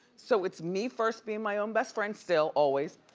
so it's me first being my own best friend still, always.